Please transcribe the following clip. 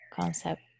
concept